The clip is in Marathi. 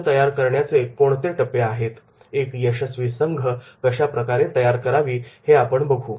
संघ तयार करण्याचे कोणते टप्पे आहेत एक यशस्वीसंघ कशाप्रकारे तयार करावी हे आपण बघू